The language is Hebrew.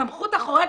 סמכות החורגת...